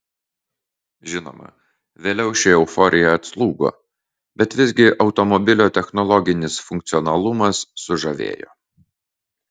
žinoma vėliau ši euforija atslūgo bet visgi automobilio technologinis funkcionalumas sužavėjo